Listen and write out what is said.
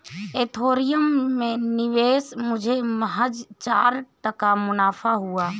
Ethereum में निवेश मुझे महज चार टका मुनाफा हुआ